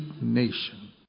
nation